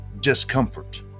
discomfort